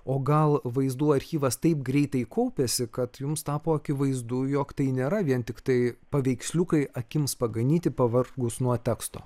o gal vaizdų archyvas taip greitai kaupiasi kad jums tapo akivaizdu jog tai nėra vien tiktai paveiksliukai akims paganyti pavargus nuo teksto